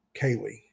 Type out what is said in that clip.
Kaylee